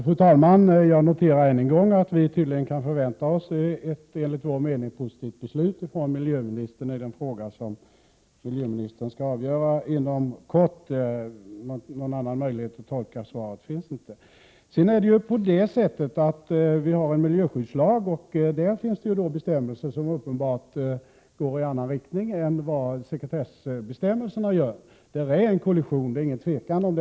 Fru talman! Jag noterar än en gång att vi tydligen kan förvänta oss ett enligt vår mening positivt beslut från miljöministern i den fråga som miljöministern skall avgöra inom kort — någon annan möjlighet att tolka svaret finns inte. I miljöskyddslagen finns det bestämmelser som uppenbarligen går i annan 81 vissa uppgifter om giftiga utsläpp riktning än sekretessbestämmelserna, och det är inget tvivel om att det handlar om en kollision.